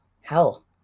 Hell